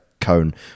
cone